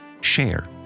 share